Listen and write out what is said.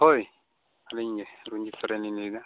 ᱦᱳᱭ ᱟᱞᱤᱧ ᱜᱮ ᱨᱚᱱᱡᱤᱛ ᱥᱚᱨᱮᱱ ᱞᱤᱧ ᱞᱟᱹᱭ ᱮᱫᱟ